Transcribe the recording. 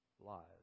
lives